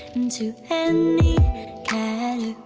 into any category